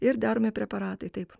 ir daromi preparatai taip